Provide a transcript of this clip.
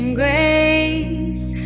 grace